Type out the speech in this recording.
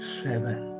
seven